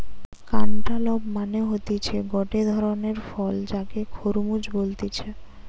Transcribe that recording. cantaloupe মানে হতিছে গটে ধরণের ফল যাকে খরমুজ বলতিছে